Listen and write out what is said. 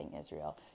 Israel